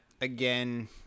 again